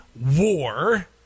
war